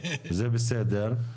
זה בסדר,